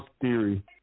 theory